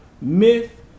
myth